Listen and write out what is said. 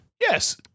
Yes